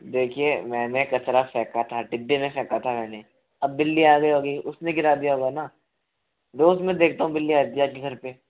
देखिए मैंने कचरा फेंका था डिब्बे में फेंका था मैंने अब बिल्ली आ गयी होगी उसने गिरा दिया होगा ना रोज़ मैं देखता हूँ बिल्ली आती आपके घर पे